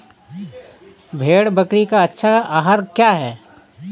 भेड़ बकरी का अच्छा आहार क्या है?